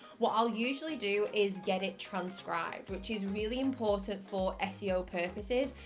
what i'll usually do is get it transcribed, which is really important for seo purposes,